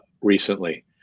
recently